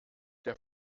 der